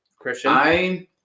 Christian